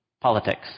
politics